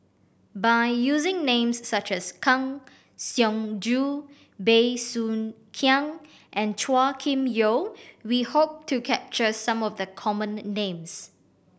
by using names such as Kang Siong Joo Bey Soo Khiang and Chua Kim Yeow we hope to capture some of the common names